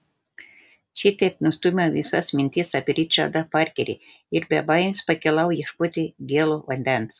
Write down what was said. šitaip nustūmiau visas mintis apie ričardą parkerį ir be baimės pakilau ieškoti gėlo vandens